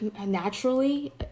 naturally